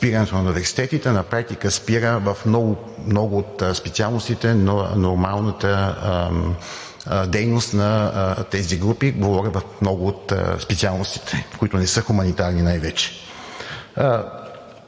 спирането на университетите на практика спира в много от специалностите нормалната дейност на тези групи – говоря в много от специалностите, които не са хуманитарни, най-вече.